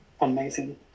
amazing